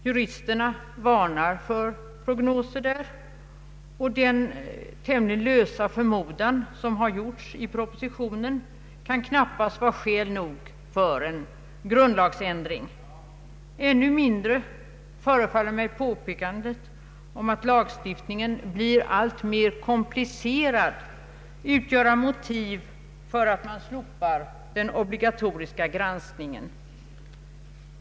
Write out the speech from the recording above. Juristerna varnar för prognoser, och den tämligen obestämda förmodan, som har gjorts i propositionen, kan knappast vara skäl nog för en grundlagsändring. Ännu mindre förefaller mig påpekandet om att lagstiftningen blir alltmer komplicerad utgöra motiv för att slopa den obligatoriska granskningen.